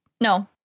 no